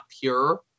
pure